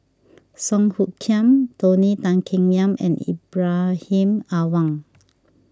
Song Hoot Kiam Tony Tan Keng Yam and Ibrahim Awang